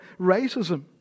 racism